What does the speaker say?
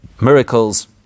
Miracles